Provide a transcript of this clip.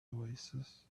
oasis